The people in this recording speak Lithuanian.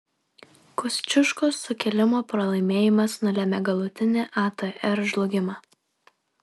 kosciuškos sukilimo pralaimėjimas nulėmė galutinį atr žlugimą